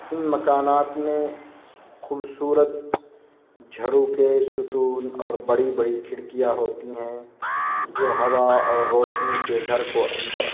ان مکانات میں خوبصورت جھروکے ستون اور بڑی بڑی کھڑکیاں ہوتی ہیں جو ہوا اور روشنی کے گھر کو اندر